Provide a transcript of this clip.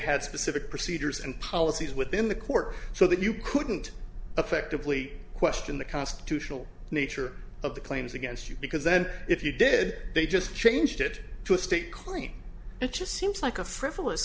had specific procedures and policies within the court so that you couldn't affectively question the constitutional nature of the claims against you because then if you did they just changed it to a state claim it just seems like a frivolous